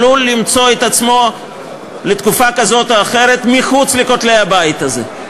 עלול למצוא את עצמו לתקופה כזאת או אחרת מחוץ לכותלי הבית הזה.